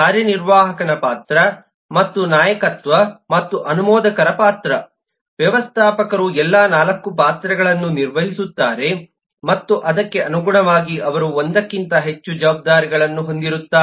ಕಾರ್ಯನಿರ್ವಾಹಕನ ಪಾತ್ರ ಮತ್ತು ನಾಯಕತ್ವ ಮತ್ತು ಅನುಮೋದಕರ ಪಾತ್ರ ವ್ಯವಸ್ಥಾಪಕರು ಎಲ್ಲಾ 4 ಪಾತ್ರಗಳನ್ನು ನಿರ್ವಹಿಸುತ್ತಾರೆ ಮತ್ತು ಅದಕ್ಕೆ ಅನುಗುಣವಾಗಿ ಅವರು ಒಂದಕ್ಕಿಂತ ಹೆಚ್ಚು ಜವಾಬ್ದಾರಿಗಳನ್ನು ಹೊಂದಿರುತ್ತಾರೆ